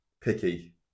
picky